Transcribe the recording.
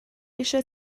eisiau